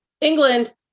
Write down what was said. england